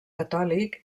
catòlic